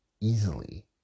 easily